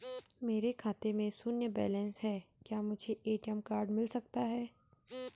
मेरे खाते में शून्य बैलेंस है क्या मुझे ए.टी.एम कार्ड मिल सकता है?